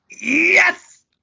Yes